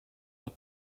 but